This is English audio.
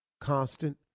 Constant